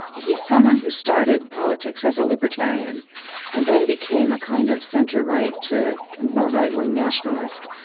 he is someone who started politics as a libertarian and then became a kind of centre-right to more right-wing nationalist.